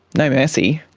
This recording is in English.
no mercy.